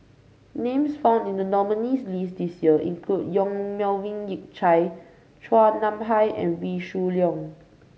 names found in the nominees' list this year include Yong Melvin Yik Chye Chua Nam Hai and Wee Shoo Leong